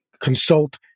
consult